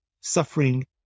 Suffering